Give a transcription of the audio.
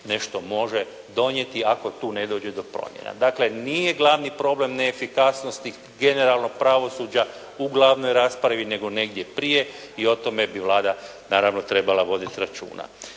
nešto može donijeti ako tu ne dođe do promjena. Dakle, nije glavni problem neefikasnosti generalno pravosuđa u glavnoj raspravi nego negdje prije i o tome bi Vlada, naravno trebala voditi računa.